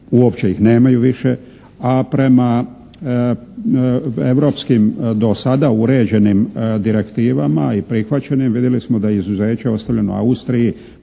uopće ih nemaju više. A prema europskim do sada uređenim direktivama i prihvaćenim vidjeli smo da je izuzeće ostavljeno Austriji